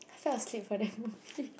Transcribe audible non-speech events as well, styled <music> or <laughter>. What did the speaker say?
I fell asleep for that movie <laughs>